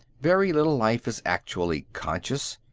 very little life is actually conscious.